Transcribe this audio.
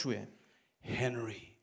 Henry